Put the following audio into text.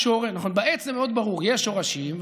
בעץ זה מאוד ברור: יש שורשים,